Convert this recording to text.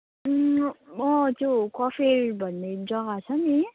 अँ त्यो कफेर भन्ने जग्गा छ नि